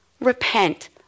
Repent